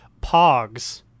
Pogs